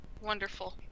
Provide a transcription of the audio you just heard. wonderful